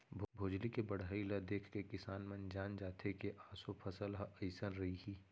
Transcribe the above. भोजली के बड़हई ल देखके किसान मन जान जाथे के ऑसो फसल ह अइसन रइहि